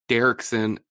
Derrickson